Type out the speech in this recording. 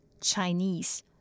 Chinese